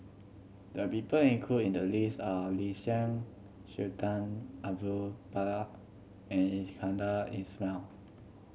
the people included in the list are Lin Chen Sultan Abu Bakar and Iskandar Ismail